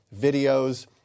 videos